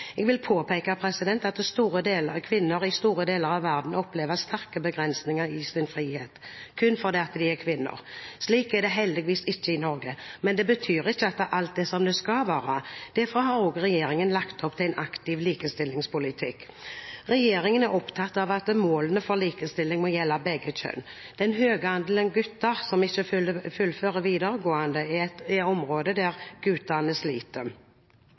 Jeg vil påpeke at kvinner i store deler av verden opplever sterke begrensninger av sin frihet kun fordi de er kvinner. Slik er det heldigvis ikke i Norge, men det betyr ikke at alt er som det skal være. Derfor har regjeringen lagt opp til en aktiv likestillingspolitikk. Regjeringen er opptatt av at målene for likestilling må gjelde begge kjønn. Den høye andelen gutter som ikke fullfører videregående, er et felt der guttene sliter, og det er